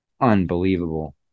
unbelievable